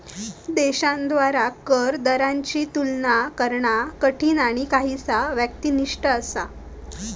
देशांद्वारा कर दरांची तुलना करणा कठीण आणि काहीसा व्यक्तिनिष्ठ असा